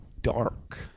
dark